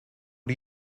are